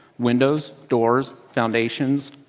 windows, doors, foundations,